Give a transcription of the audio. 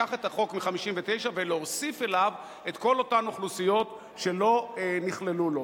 לקחת את החוק מ-1959 ולהוסיף אליו את כל אותן אוכלוסיות שלא נכללו בו.